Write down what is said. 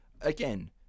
again